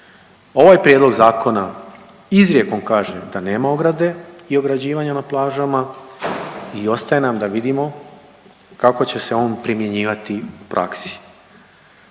Ovaj prijedlog zakona izrijekom kaže da nema ograde i ograđivanja na plažama i ostaje nam da vidimo kako će se on primjenjivati u praksi.